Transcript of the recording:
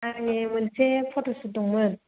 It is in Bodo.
आंनि मोनसे फट'शुट दंमोन